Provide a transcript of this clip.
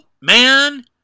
man